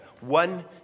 one